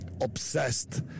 obsessed